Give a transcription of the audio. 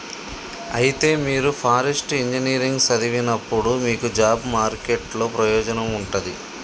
అయితే మీరు forest engineering సదివినప్పుడు మీకు జాబ్ మార్కెట్ లో ప్రయోజనం ఉంటది